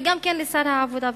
וגם אל שר העבודה והרווחה,